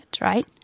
right